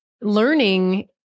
learning